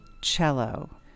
cello